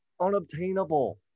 unobtainable